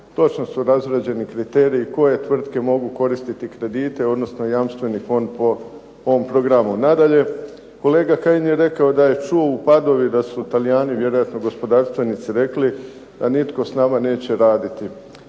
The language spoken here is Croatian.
Točno su razrađeni kriteriji koje tvrtke mogu koristiti kredite odnosno jamstveni fond po ovom programu. Nadalje, kolega Kajin je rekao da je čuo u Padovi, da su talijani vjerojatno gospodarstvenici rekli da nitko neće sa nama raditi.